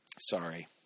Sorry